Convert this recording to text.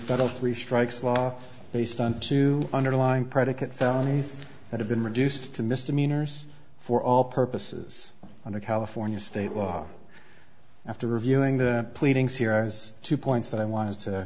federal three strikes law based on to underline predicate felonies that have been reduced to misdemeanors for all purposes under california state law after reviewing the pleadings here as two points that i wanted to